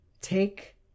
take